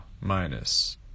minus